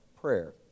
prayer